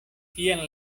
tian